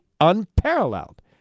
unparalleled